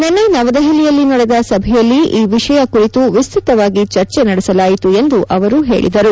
ನಿನ್ನೆ ನವದೆಹಲಿಯಲ್ಲಿ ನಡೆದ ಸಭೆಯಲ್ಲಿ ಈ ವಿಷಯ ಕುರಿತು ವಿಸ್ತತವಾಗಿ ಚರ್ಚೆ ನಡೆಸಲಾಯಿತು ಎಂದು ಅವರು ಹೇಳದರು